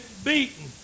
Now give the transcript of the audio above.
beaten